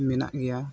ᱢᱮᱱᱟᱜ ᱜᱮᱭᱟ